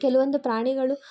ಕೆಲವೊಂದು ಪ್ರಾಣಿಗಳು